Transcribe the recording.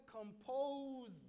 composed